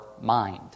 mind